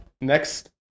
next